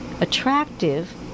attractive